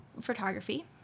photography